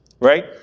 Right